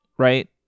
right